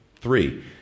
Three